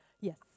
Yes